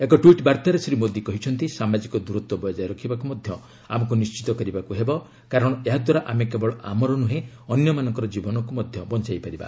ଏକ ଟ୍ୱିଟ୍ ବାର୍ତ୍ତାରେ ଶ୍ରୀ ମୋଦୀ କହିଛନ୍ତି ସାମାଜିକ ଦୂରତ୍ୱ ବଜାୟ ରଖିବାକୁ ମଧ୍ୟ ଆମକୁ ନିର୍ଣ୍ଣିତ କରିବାକୁ ହେବ କାରଣ ଏହା ଦ୍ୱାରା ଆମେ କେବଳ ଆମର ନୁହେଁ ଅନ୍ୟମାନଙ୍କ ଜୀବନକୁ ବଞ୍ଚାଇ ପାରିବା